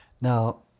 Now